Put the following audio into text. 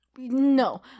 no